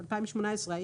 אם אדוני זוכר,